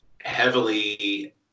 heavily